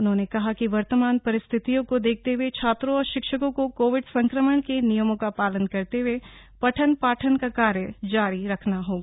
उन्होंने कहा कि वर्तमान परिस्थितियों को देखते हए छात्रों और शिक्षकों को कोविड संक्रमण के नियमों का पालन करते हए पठन पाठन का कार्य जारी रखना होगा